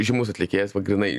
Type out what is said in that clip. žymus atlikėjas va grynai